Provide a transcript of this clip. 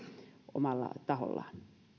omalla tahollaan